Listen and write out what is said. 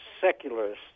secularists